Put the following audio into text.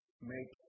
Make